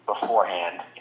beforehand